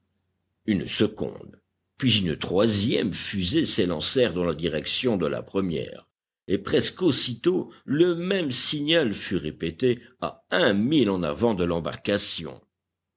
une seconde puis une troisième fusée s'élancèrent dans la direction de la première et presque aussitôt le même signal fut répété à un mille en avant de